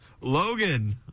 Logan